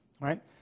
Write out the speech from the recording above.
right